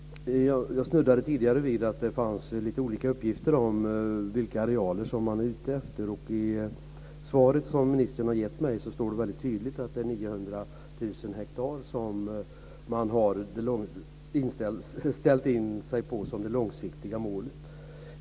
Jag snuddade tidigare vid att det fanns lite olika uppgifter om vilka arealer som man är ute efter. I ministerns svar står det tydligt att det är 900 000 hektar som är det långsiktiga målet.